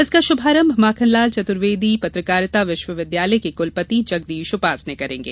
इसका शुभारंभ माखनलाल चतुर्वेदी पत्रकारिता विश्वविद्यालय के कुलपति जगदीश उपासने करेंगे